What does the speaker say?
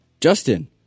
Justin